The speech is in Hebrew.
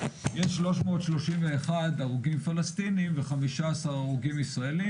יש 331 הרוגים פלסטינים ו-15 הרוגים ישראלים.